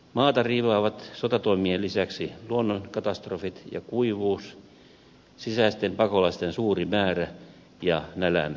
maata riivaavat sotatoimien lisäksi luonnonkatastrofit ja kuivuus sisäisten pakolaisten suuri määrä ja nälänhätä